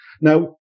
Now